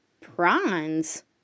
Prawns